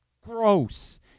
gross